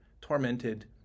tormented